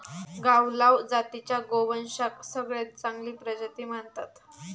गावलाव जातीच्या गोवंशाक सगळ्यात चांगली प्रजाती मानतत